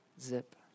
Zip